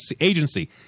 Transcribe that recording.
Agency